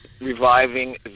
reviving